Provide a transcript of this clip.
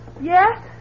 Yes